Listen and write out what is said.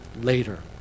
later